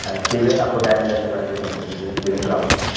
ہاں ٹھیک ہے آپ کو ٹائم ملے تو ضرور آ کے سنمپرک کیجیے گا ٹھیک ہے اسلام علیکم